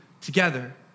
together